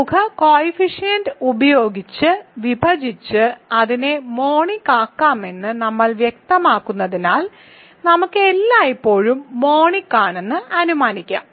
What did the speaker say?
പ്രമുഖ കോയിഫിഷ്യന്റ് ഉപയോഗിച്ച് വിഭജിച്ച് അതിനെ മോണിക് ആക്കാമെന്ന് നമ്മൾ വ്യക്തമാക്കുന്നതിനാൽ നമുക്ക് എല്ലായ്പ്പോഴും മോണിക് ആണെന്ന് അനുമാനിക്കാം